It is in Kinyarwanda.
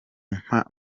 mpamvu